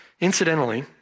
Incidentally